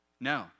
No